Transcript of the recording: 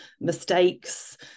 mistakes